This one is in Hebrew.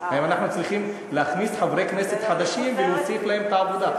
האם אנחנו צריכים להכניס חברי כנסת חדשים ולהוסיף להם את העבודה.